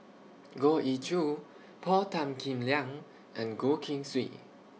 Goh Ee Choo Paul Tan Kim Liang and Goh Keng Swee